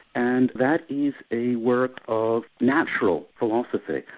and that is a work of natural philosophy,